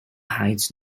heights